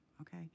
okay